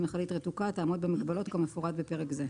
ממכלית רתוקה תעמוד במגבלות כמפורט בפרק זה".